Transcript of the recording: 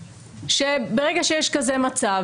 שברגע שיש כזה מצב,